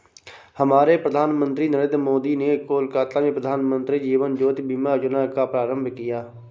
हमारे प्रधानमंत्री नरेंद्र मोदी ने कोलकाता में प्रधानमंत्री जीवन ज्योति बीमा योजना का प्रारंभ किया